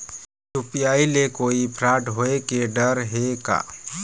UPI ले कोई fraud होए के डर हे का?